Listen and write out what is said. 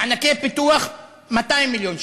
מענקי פיתוח, 200 מיליון שקל,